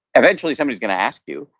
eventually somebody's going to ask you,